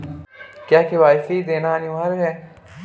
क्या के.वाई.सी देना अनिवार्य है?